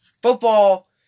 Football